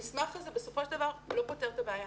המסמך הזה, בסופו של דבר, לא פותר את הבעיה.